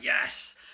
yes